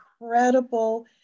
incredible